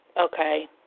okay